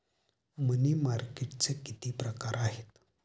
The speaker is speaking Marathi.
मनी मार्केटचे किती प्रकार आहेत?